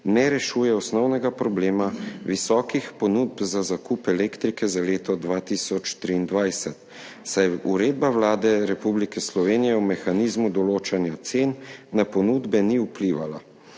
ne rešuje osnovnega problema visokih ponudb za zakup elektrike za leto 2023, saj uredba Vlade Republike Slovenije o mehanizmu določanja cen na ponudbe ni vplivala,